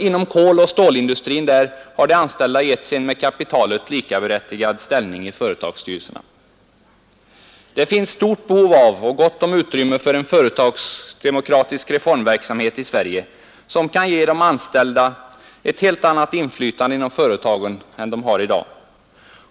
Inom koloch stålindustrin har de anställda getts en med kapitalet likaberättigad ställning i företagsstyrelserna. Det finns ett stort behov av och gott om utrymme för en företagsdemokratisk reformverksamhet i Sverige, som kan ge de anställda ett helt annat inflytande inom företagen än de har i dag.